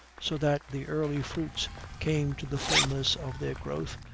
so that the early fruits came to the fullness of their growth,